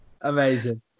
amazing